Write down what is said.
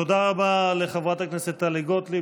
תודה רבה לחברת הכנסת טלי גוטליב.